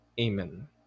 Amen